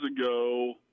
ago